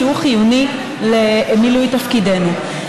שהוא חיוני למילוי תפקידנו.